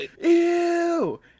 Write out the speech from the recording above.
ew